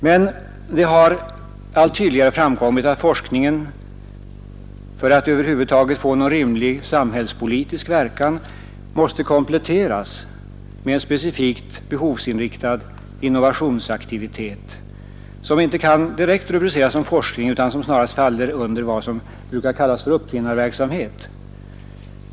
Men det har allt tydligare framkommit att forskningen — för att över huvud taget få någon rimlig samhällspolitisk verkan — måste kompletteras med en specifik behovsinriktad innovationsaktivitet, som inte kan direkt rubriceras som forskning utan som snarast faller under vad vi brukar kalla för uppfinnarverksamhet.